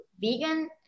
vegan